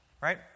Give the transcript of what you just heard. right